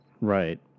Right